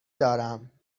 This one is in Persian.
دارم